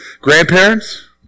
Grandparents